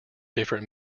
different